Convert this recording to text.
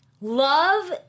Love